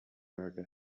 america